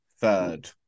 third